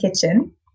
kitchen